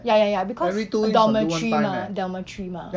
ya ya ya because dormitory mah dormitory mah